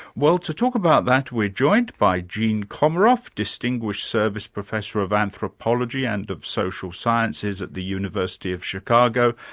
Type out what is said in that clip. well, to talk about that we're joined by jean comaroff, distinguished service professor of anthropology and of social sciences at the university of chicago,